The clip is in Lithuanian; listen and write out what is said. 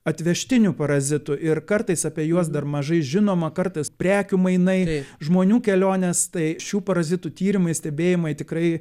atvežtinių parazitų ir kartais apie juos dar mažai žinoma kartais prekių mainai žmonių kelionės tai šių parazitų tyrimai stebėjimai tikrai